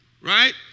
right